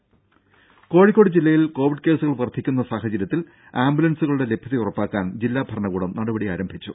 ദേദ കോഴിക്കോട് ജില്ലയിൽ കോവിഡ് കേസുകൾ വർധിക്കുന്ന സാഹചര്യത്തിൽ ആംബുലൻസുകളുടെ ലഭ്യത ഉറപ്പാക്കാൻ ജില്ലാ ഭരണകൂടം നടപടി ആരംഭിച്ചു